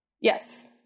Yes